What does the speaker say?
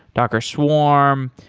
docker swarm.